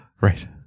right